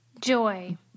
joy